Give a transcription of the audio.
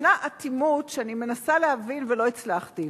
ישנה אטימות, שאני מנסה להבין ולא הצלחתי.